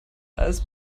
als